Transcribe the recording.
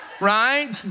right